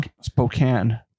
Spokane